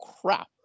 crap